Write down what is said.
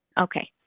okay